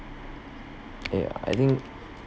eh yeah I think